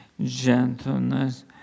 gentleness